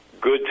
good